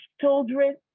children